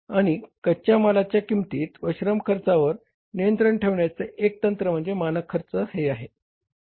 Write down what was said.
आणि कच्या मालाच्या किंमती व श्रम खर्चावर नियंत्रण ठेवण्याचे एक तंत्र म्हणजे मानक खर्च हे आहे